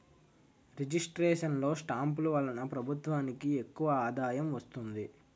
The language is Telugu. రిజిస్ట్రేషన్ లో స్టాంపులు వలన ప్రభుత్వానికి ఎక్కువ ఆదాయం వస్తుంది